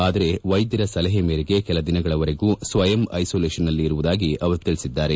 ಆದರೆ ವೈದ್ವರ ಸಲಹೆ ಮೇರೆಗೆ ಕೆಲ ದಿನಗಳ ವರೆಗೂ ಸ್ವಯಂ ಐಸೋಲೇಷನ್ನಲ್ಲಿ ಇರುವುದಾಗಿ ಅವರು ತಿಳಿಸಿದ್ದಾರೆ